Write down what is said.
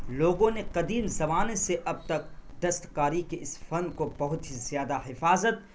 لوگوں نے قدیم زمانے سے اب تک دستکاری کے اس فن کو بہت ہی زیادہ حفاظت